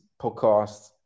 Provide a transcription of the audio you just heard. podcast